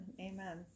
amen